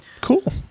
Cool